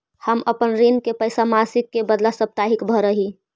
हम अपन ऋण के पैसा मासिक के बदला साप्ताहिक भरअ ही